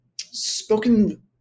spoken